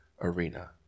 arena